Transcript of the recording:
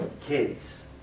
kids